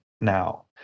now